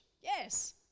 Yes